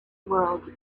world